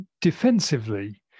defensively